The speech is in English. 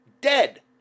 Dead